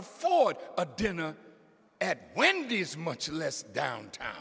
afford a dinner at wendy's much less downt